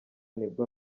nibwo